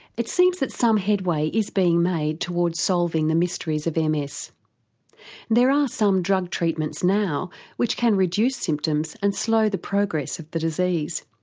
it seems that some headway is being made towards solving the mysteries of ms. there are some drug treatments now which can reduce symptoms and slow the progress of the disease.